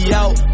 out